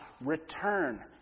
Return